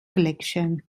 collection